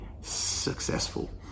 successful